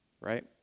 Right